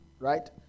Right